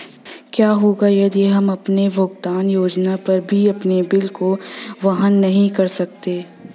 क्या होगा यदि हम भुगतान योजना पर भी अपने बिलों को वहन नहीं कर सकते हैं?